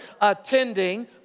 attending